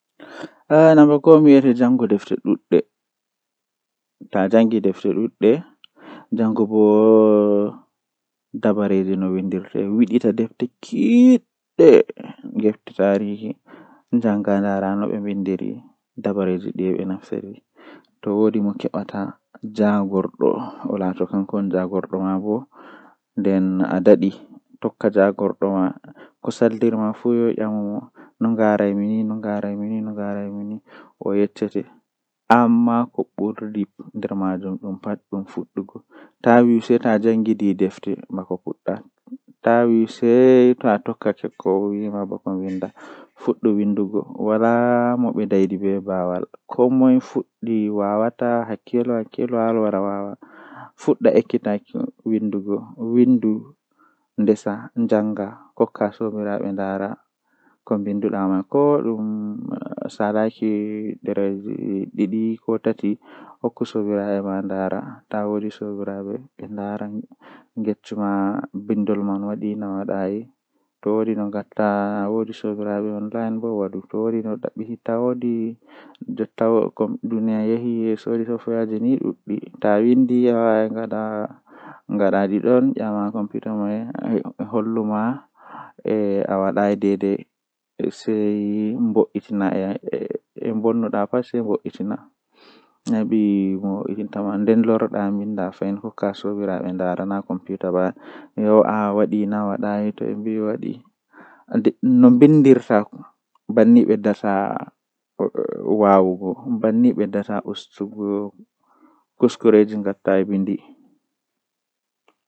Huunde man aranndewol kam hilna tan masin, To hilni ambo mi naftiran be anndal mi mari jotta ngam mi andi be Wala anndal man duɓii duɓiiji ko saali ngamman mi daran mi naftira be anndal man mi laari mi wadan ko nafata ɓe haa rayuwa mabɓe haa wakkati man.